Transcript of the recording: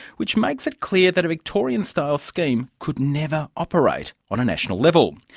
which makes it clear that a victorian style scheme could never operate on a national level.